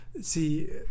see